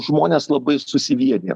žmonės labai susivieniję